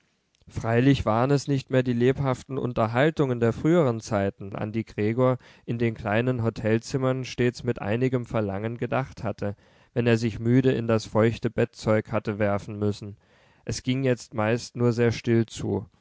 freilich waren es nicht mehr die lebhaften unterhaltungen der früheren zeiten an die gregor in den kleinen hotelzimmern stets mit einigem verlangen gedacht hatte wenn er sich müde in das feuchte bettzeug hatte werfen müssen es ging jetzt meist nur sehr still zu